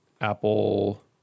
Apple